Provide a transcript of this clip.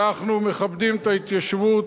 אנחנו מכבדים את ההתיישבות.